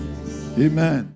Amen